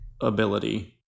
ability